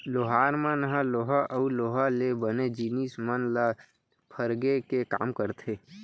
लोहार मन ह लोहा अउ लोहा ले बने जिनिस मन ल फरगे के काम करथे